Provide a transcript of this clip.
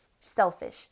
selfish